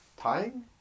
tying